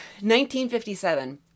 1957